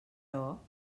però